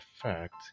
fact